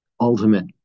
ultimate